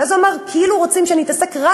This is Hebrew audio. ואז הוא אמר: כאילו רוצים שאני אתעסק רק